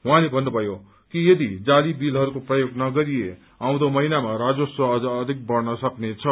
उहाँले भन्नुभयो कि यदि जाली बीलहरूको प्रयोग नगरिए आउँदो महिनामा राजस्व अझ अधिक बढ़न सक्छ